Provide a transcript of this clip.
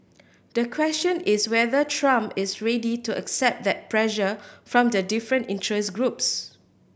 the question is whether Trump is ready to accept that pressure from the different interest groups